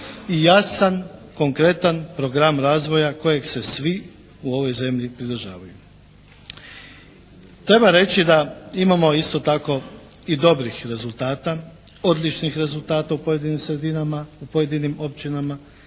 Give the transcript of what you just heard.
i jasan konkretan program razvoja kojeg se svi u ovoj zemlji pridržavaju. Treba reći da imamo isto tako i dobrih rezultata, odličnih rezultata u pojedinim sredinama, u pojedinim općinama,